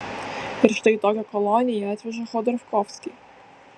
ir štai į tokią koloniją atveža chodorkovskį